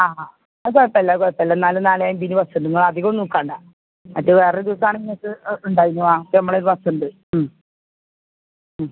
ആ ആ അത് കുഴപ്പമില്ല അത് കുഴപ്പമില്ല എന്നാലും നാല് അഞ്ചിന് ബസ്സുണ്ട് നിങ്ങളധികോന്നും നിൽക്കണ്ട മറ്റെ വേറൊരു ദിവസവാണെങ്കിൽ നിങ്ങൾക്ക് ഉണ്ടായിന് വാ പ്പ ഞമ്മളൈ ഒരു ബസ്സുണ്ട്